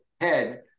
head